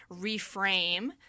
reframe